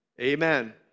Amen